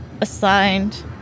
assigned